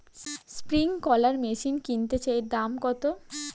Sprinkler machine কিনতে চাই এর দাম কত?